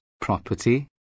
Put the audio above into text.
property